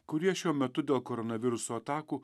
kurie šiuo metu dėl koronaviruso atakų